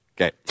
Okay